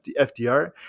FDR